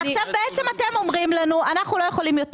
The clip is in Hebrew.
בעצם אתם אומרים לנו: אנחנו לא יכולים יותר